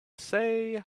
say